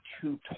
two